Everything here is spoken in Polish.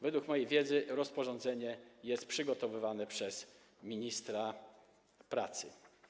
Według mojej wiedzy rozporządzenie jest przygotowywane przez ministra pracy.